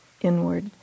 inward